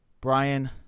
Brian